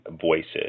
voices